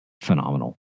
phenomenal